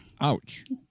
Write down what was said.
Ouch